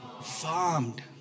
farmed